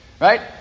right